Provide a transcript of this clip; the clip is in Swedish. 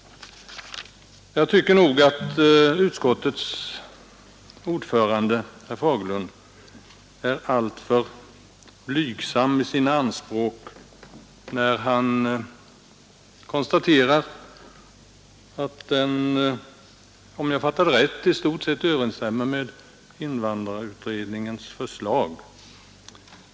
Jag tyckte att utskottets vice ordförande, herr Fagerlund, var alltför blygsam i sina anspråk när han, om jag fattade rätt, konstaterade att propositionen i stort sett överensstämde med invandrarutredningens förslag.